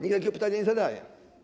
Nikt takiego pytania nie zadaje.